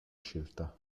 scelta